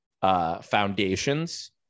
foundations